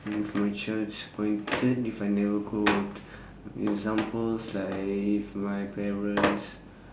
my child disappointed if I never go work examples like if my parents